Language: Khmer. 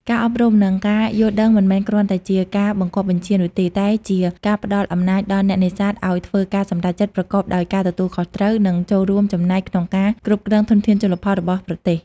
ការអប់រំ និងការយល់ដឹងមិនមែនគ្រាន់តែជាការបង្គាប់បញ្ជានោះទេ តែជាការផ្តល់អំណាចដល់អ្នកនេសាទឲ្យធ្វើការសម្រេចចិត្តប្រកបដោយការទទួលខុសត្រូវ និងចូលរួមចំណែកក្នុងការគ្រប់គ្រងធនធានជលផលរបស់ប្រទេស។